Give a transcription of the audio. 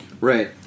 Right